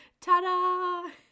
Ta-da